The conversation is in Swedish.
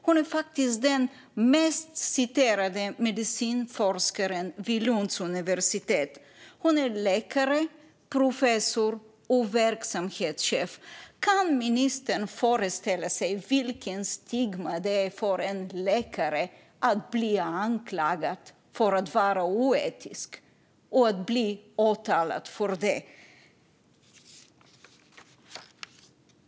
Hon är faktiskt den mest citerade medicinforskaren vid Lunds universitet. Hon är läkare, professor och verksamhetschef. Kan ministern föreställa sig vilket stigma det är för en läkare att bli anklagad för att vara oetisk och bli åtalad för det?